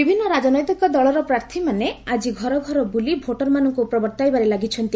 ବିଭିନ୍ନ ରାଜନୈତିକ ଦଳ ପ୍ରାର୍ଥୀମାନେ ଆଜି ଘର ଘର ବୁଲି ଭୋଟର୍ମାନଙ୍କୁ ପ୍ରବର୍ତ୍ତାଇବାରେ ଲାଗିଛନ୍ତି